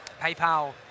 PayPal